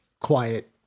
quiet